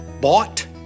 bought